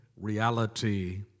reality